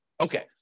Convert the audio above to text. Okay